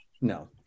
No